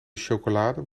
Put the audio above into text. chocolade